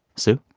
sue?